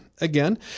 again